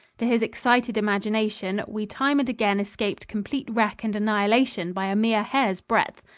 to his excited imagination, we time and again escaped complete wreck and annihilation by a mere hair's breadth.